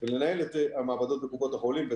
ולנהל את המעבדות בקופות החולים.